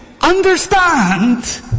understand